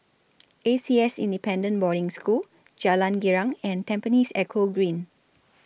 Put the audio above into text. A C S Independent Boarding School Jalan Girang and Tampines Eco Green